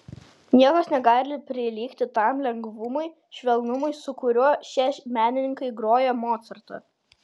niekas negali prilygti tam lengvumui švelnumui su kuriuo šie menininkai groja mocartą